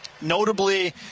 Notably